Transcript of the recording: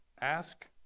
ask